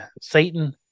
satan